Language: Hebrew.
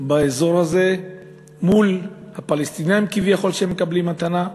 באזור הזה מול הפלסטינים כביכול שמקבלים מתנה,